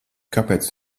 kāpēc